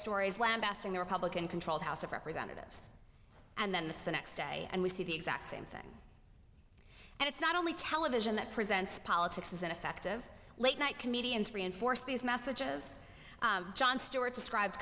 stories lambasted the republican controlled house of representatives and then the next day and we see the exact same thing and it's not only television that presents politics as an effective late night comedians reinforce these messages jon stewart describe